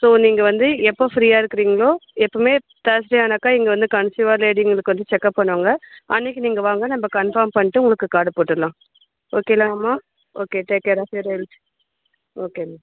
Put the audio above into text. so நீங்கள் வந்து எப்போது ஃப்ரீயாக இருக்கிறீங்களோ எப்போவுமே தேர்ஸ்டே ஆனாக்கா இங்கே வந்து கன்சீவ்வான லேடிங்களுக்கு வந்து செக்கப் பண்ணுவாங்கள் அன்றைக்கு நீங்கள் வாங்க நம்ம கன்ஃபார்ம் பண்ணிட்டு உங்களுக்கு கார்டு போட்டுடலாம் ஓகேதானம்மா okay take care of your health ஓகேம்மா